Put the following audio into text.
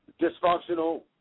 dysfunctional